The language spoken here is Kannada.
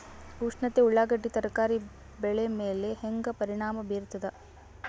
ಉಷ್ಣತೆ ಉಳ್ಳಾಗಡ್ಡಿ ತರಕಾರಿ ಬೆಳೆ ಮೇಲೆ ಹೇಂಗ ಪರಿಣಾಮ ಬೀರತದ?